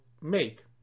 make